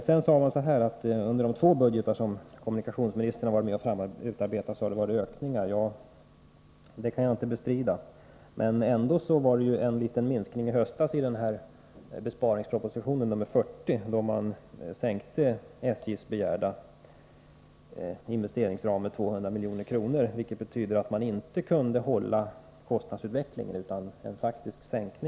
Kommunikationsministern sade att i de två budgetar som kommunikationsministern varit med om att utarbeta har anslaget till SJ ökat. Det kan jag inte bestrida, men i besparingspropositionen nr 40 i höstas, var det dock en liten minskning, då man sänkte den av SJ begärda investeringsramen med 200 milj.kr., vilket betyder att kostnadstutvecklingen inte kunde täckas.